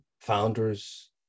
founders